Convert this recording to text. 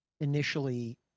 initially